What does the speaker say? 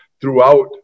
throughout